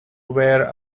wear